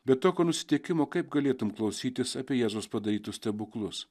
be tokio nusiteikimo kaip galėtum klausytis apie jėzaus padarytus stebuklus